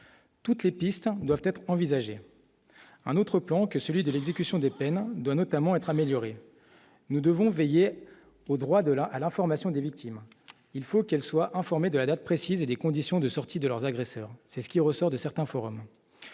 toutes les pistes doivent être envisagées, un autre plan que celui de l'exécution des peines doit notamment être améliorée, nous devons veiller au droit de la à la formation des victimes, il faut qu'elle soit informé de la date précise et les conditions de sortie de leurs agresseurs, c'est ce qui ressort de certains forums